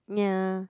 yeah